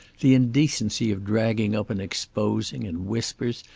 the indecency of dragging up and exposing, in whispers,